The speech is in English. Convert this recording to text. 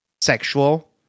sexual